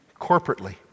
corporately